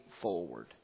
forward